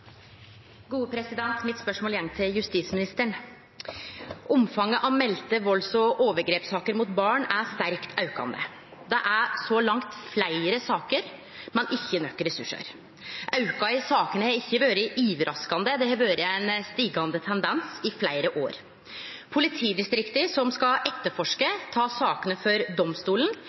mitt går til justisministeren. Omfanget av melde valds- og overgrepssaker mot barn er sterkt aukande. Det er så langt fleire saker, men ikkje nok ressursar. Auken i sakene har ikkje vore overraskande, det har vore ein stigande tendens i fleire år. Politidistrikta som skal etterforske og ta sakene for domstolen,